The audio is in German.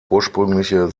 ursprüngliche